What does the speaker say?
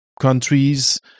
countries